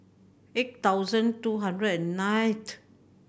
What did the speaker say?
eight thousand two hundred and night